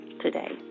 today